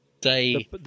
day